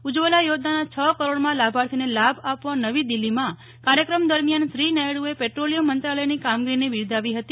ઉજ્જવલા યોજનાના છ કરોડમાં લાભાર્થીને લાભ આપવા નવી દિલ્હીમાં કાર્યક્રમ દરમિયાન શ્રી નાયડુએ પેટ્રોલીયમ મંત્રાલયની કામગીરીને બિરદાવી હતી